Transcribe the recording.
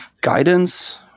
guidance